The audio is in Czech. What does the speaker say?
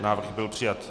Návrh byl přijat.